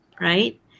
right